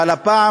אבל הפעם